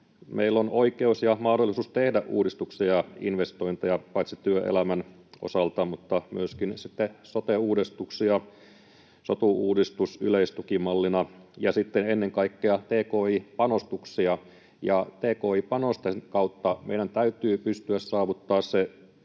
meillä on oikeus ja mahdollisuus tehdä uudistuksia ja investointeja työelämän osalta, mutta myöskin sitten sote-uudistuksia, sotu-uudistusta yleistukimallina ja sitten ennen kaikkea tki-panostuksia. Ja tki-panosten kautta meidän täytyy pystyä saavuttamaan se